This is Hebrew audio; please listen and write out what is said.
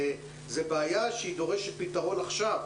זו בעיה שדורשת פתרון עכשיו.